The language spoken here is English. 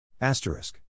Asterisk